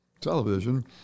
television